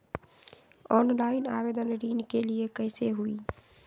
Online आवेदन ऋन के लिए कैसे हुई?